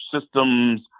systems